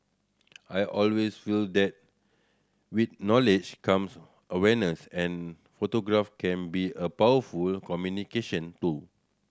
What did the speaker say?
I always feel that with knowledge comes awareness and photograph can be a powerful communication tool